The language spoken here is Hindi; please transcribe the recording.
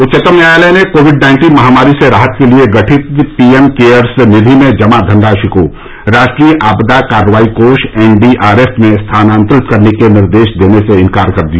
उच्चतम न्यायालय ने कोविड नाइन्टीन महामारी से राहत के लिए गठित पीएम केयर्स निधि में जमा धनराशि को राष्ट्रीय आपदा कार्रवाई कोष एनडीआरएफ में स्थानांतरित करने का निर्देश देने से इंकार कर दिया